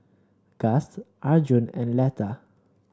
Gust Arjun and Letha